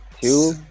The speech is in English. two